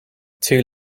two